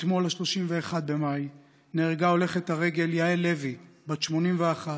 שלשום, 31 במאי, נהרגה הולכת הרגל יעל לוי, בת 81,